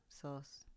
sauce